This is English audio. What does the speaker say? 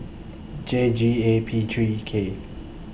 J G A P three K